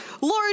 Lord